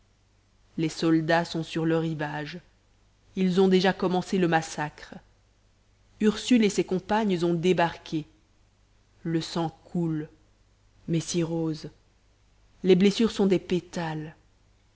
les soldats sont sur le rivage ils ont déjà commencé le massacre ursule et ses compagnes ont débarqué le sang coule mais si rosé les blessures sont des pétales